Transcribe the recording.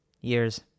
years